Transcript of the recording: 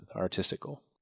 artistical